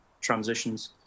transitions